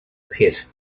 pit